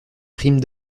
prime